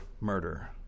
murder